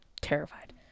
terrified